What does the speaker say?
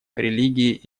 религии